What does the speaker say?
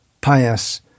pious